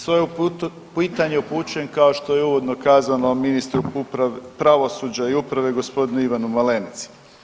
Svoje pitanje upućujem, kao što je i uvodno kazano, ministru pravosuđa i uprave, g. Ivanu Malenici.